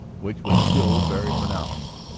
which was still very pronounced.